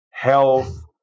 health